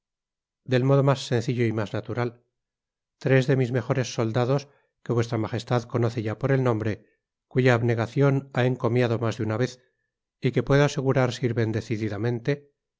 del modo mas sencillo y mas natural tres de mis mejores soldados que vuestra magestad conoce ya por el nombre cuya abnegacion ha encomiado mas de una vez y que puedo asegurar sirven decididamente